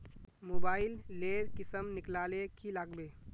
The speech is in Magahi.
मोबाईल लेर किसम निकलाले की लागबे?